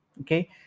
okay